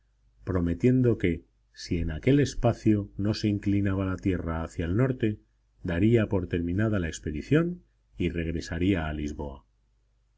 prometiendo que si en aquel espacio no se inclinaba la tierra hacia el norte daría por terminada la expedición y regresaría a lisboa